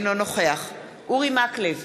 אינו נוכח אורי מקלב,